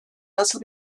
nasıl